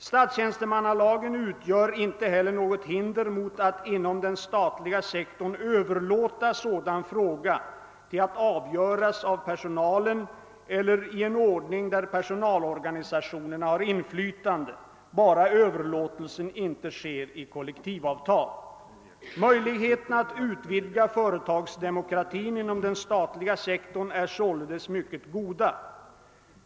Statstjänstemannalagen utgör inte heller något hinder mot att inom den statliga sektorn överlåta sådan fråga till att avgöras av personalen eller i en ordning där personalorganisationerna har inflytande, bara överlåtelsen inte sker i kollektivavtal. Möjligheterna att utvidga företagsdemokratin inom den statliga sektorn är således mycket goda.